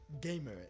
gamer